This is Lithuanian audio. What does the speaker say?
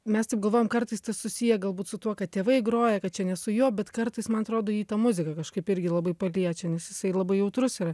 mes taip galvojam kartais tai susiję galbūt su tuo kad tėvai groja kad čia ne su juo bet kartais man atrodo jį ta muzika kažkaip irgi labai paliečia nes jisai labai jautrus yra